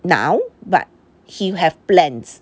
now but he have plans